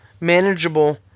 manageable